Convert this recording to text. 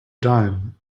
dime